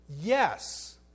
yes